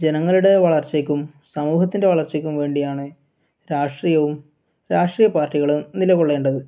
ജനങ്ങളുടെ വളർച്ചക്കും സമൂഹത്തിൻ്റെ വളർച്ചക്കും വേണ്ടിയാണ് രാഷ്ട്രീയവും രാഷ്ട്രീയ പാർട്ടികളും നില കൊള്ളേണ്ടത്